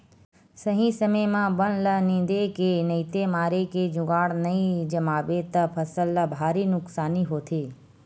सही समे म बन ल निंदे के नइते मारे के जुगाड़ नइ जमाबे त फसल ल भारी नुकसानी होथे